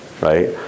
right